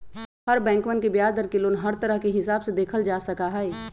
हर बैंकवन के ब्याज दर के लोन हर तरह के हिसाब से देखल जा सका हई